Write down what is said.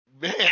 man